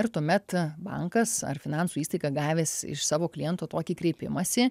ir tuomet bankas ar finansų įstaiga gavęs iš savo kliento tokį kreipimąsi